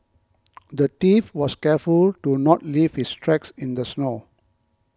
the thief was careful to not leave his tracks in the snow